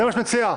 זה מה שאת מציעה?